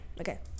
Okay